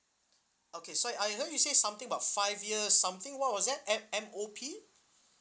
okay so I heard you say something about five years something what was that M M_O_P